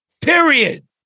Period